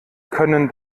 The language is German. können